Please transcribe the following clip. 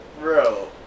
Bro